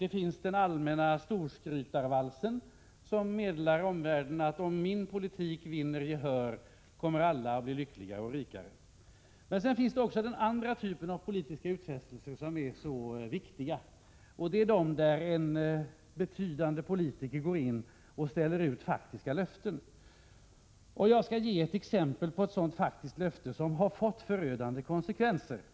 Det ena är den allmänna storskrytarvalsen, som meddelar omvärlden att om min politik vinner gehör kommer alla att bli lyckliga och rikare. Men det finns också en annan typ av politiska utfästelser, som är viktiga, och det är när en betydande politiker ställer ut faktiska löften. Jag skall ge ett exempel på ett sådant faktiskt löfte som har fått förödande konsekvenser.